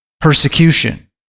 persecution